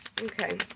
Okay